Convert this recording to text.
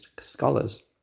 scholars